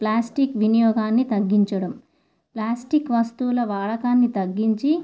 plastic వినియోగాన్ని తగ్గించడం plastic వస్తువుల వాడకాన్ని తగ్గించి